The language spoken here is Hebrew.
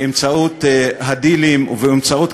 באמצעות הדילים ובאמצעות,